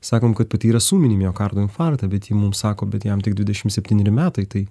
sakom kad patyręs ūminį miokardo infarktą bet ji mums sako bet jam tik dvidešimt septyneri metai tai